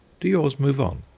do yours move on?